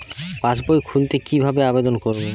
পাসবই খুলতে কি ভাবে আবেদন করব?